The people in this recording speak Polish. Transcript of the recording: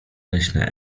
leśne